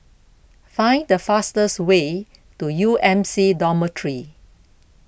find the fastest way to U M C Dormitory